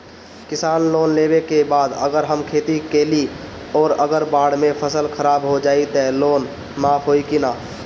किसान लोन लेबे के बाद अगर हम खेती कैलि अउर अगर बाढ़ मे फसल खराब हो जाई त लोन माफ होई कि न?